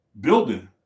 building